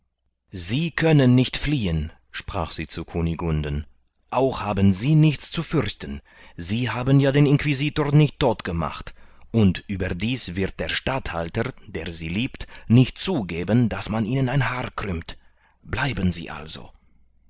sie können nicht fliehen sprach sie zu kunigunden auch haben sie nichts zu fürchten sie haben ja den inquisitor nicht todt gemacht und überdies wird der statthalter der sie liebt nicht zugeben daß man ihnen ein haar krümmt bleiben sie also